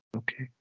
okay